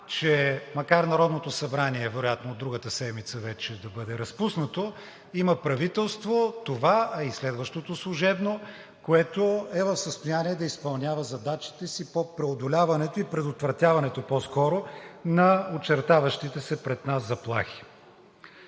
макар Народното събрание – вероятно другата седмица, вече да бъде разпуснато, има правителство – това, а и следващото служебно, което е в състояние да изпълнява задачите си по преодоляването и предотвратяването по-скоро на очертаващите се пред нас заплахи.